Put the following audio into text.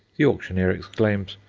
the auctioneer exclaims,